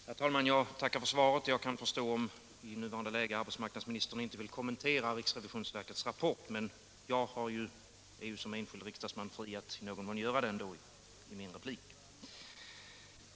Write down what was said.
Herr talman! Jag tackar för svaret. Jag kan förstå om i nuvarande läge arbetsmarknadsministern inte vill kommentera riksrevisionsverkets rapport, men jag är ju som enskild riksdagsman fri att i någon mån göra det i min replik.